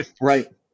right